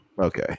okay